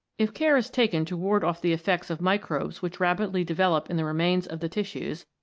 if care is taken to ward off the effects of microbes which rapidly develop in the remains of the tissues,